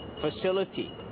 facility